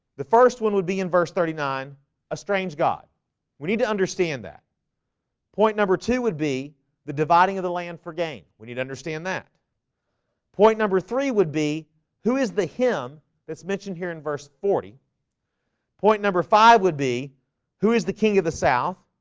the first one would be in verse thirty nine a strange god we need to understand that point number two would be the dividing of the land for gain. we need to understand that point number three would be who is the him that's mentioned here in verse forty point number five would be who is the king of the south?